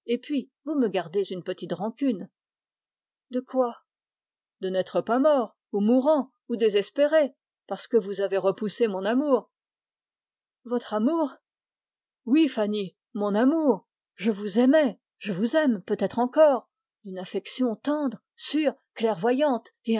vous me gardez rancune de quoi de n'être pas mort ou mourant ou désespéré parce que vous avez repoussé mon amour votre amour oui fanny mon amour je vous aimais je vous aime encore d'une affection tendre sûre clairvoyante